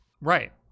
Right